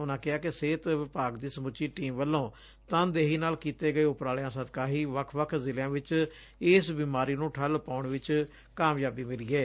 ਉਨੂਾ ਕਿਹਾ ਕਿ ਸਿਹਤ ਵਿਭਾਗ ਦੀ ਸਮੁੱਚੀ ਟੀਮ ਵਲੋ ਤਨਦੇਹੀ ਨਾਲ ਕੀਤੇ ਗਏ ਉਪਰਾਲਿਆ ਸਦਕਾ ਹੀ ਵੱਖ ਵੱਖ ਜ਼ਿਲਿਆਂ ਵਿਚ ਇਸ ਬਿਮਾਰੀ ਨੂੰ ਠੱਲ੍ਹ ਪਾਉਣ ਵਿਚ ਕਾਮਯਾਬੀ ਮਿਲੀ ਏ